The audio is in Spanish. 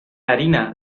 harina